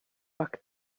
pak